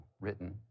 written